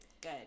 Good